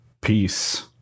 Peace